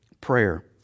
prayer